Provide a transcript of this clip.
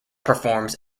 performs